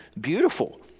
beautiful